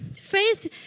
Faith